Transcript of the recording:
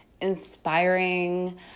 inspiring